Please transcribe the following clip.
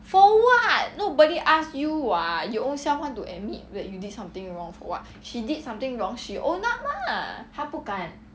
for what nobody ask you what you own self want to admit that you did something wrong for what she did something wrong she own up lah